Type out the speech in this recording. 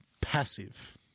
passive